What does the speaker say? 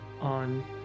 on